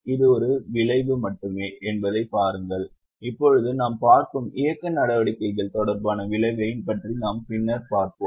இது ஒரு விளைவு மட்டுமே என்பதைப் பாருங்கள் இப்போது நாம் பார்க்கும் இயக்க நடவடிக்கைகள் தொடர்பான விளைவைப் பற்றி நாம் பின்னர் பார்ப்போம்